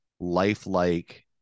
lifelike